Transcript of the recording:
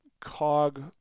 cog